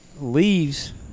leaves